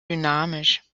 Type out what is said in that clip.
dynamisch